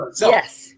Yes